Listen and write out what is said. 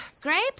Grape